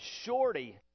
Shorty